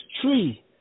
tree